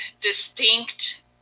distinct